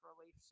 relief